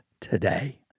today